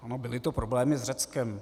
Ano, byly to problémy s Řeckem.